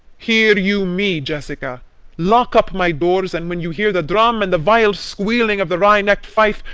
hear you me, jessica lock up my doors, and when you hear the drum, and the vile squealing of the wry-neck'd fife,